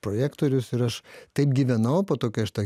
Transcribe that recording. projektorius ir aš taip gyvenau o po to kai aš tą